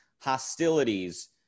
hostilities